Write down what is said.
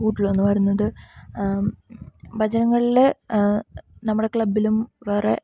കൂഡലു എന്നു പറയുന്നത് ഭജനകളിൽ നമ്മുടെ ക്ലബ്ബിലും വേറെ